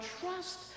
trust